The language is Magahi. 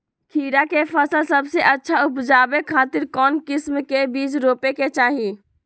खीरा के फसल सबसे अच्छा उबजावे खातिर कौन किस्म के बीज रोपे के चाही?